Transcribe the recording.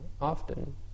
often